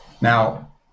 Now